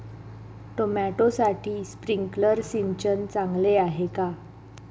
टोमॅटोसाठी स्प्रिंकलर सिंचन चांगले आहे का?